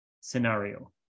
scenario